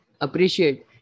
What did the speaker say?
appreciate